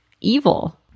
evil